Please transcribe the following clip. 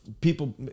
people